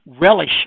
relish